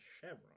chevron